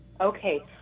Okay